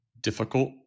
difficult